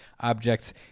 objects